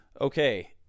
okay